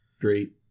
great